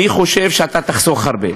אני חושב שאתה תחסוך הרבה.